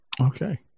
Okay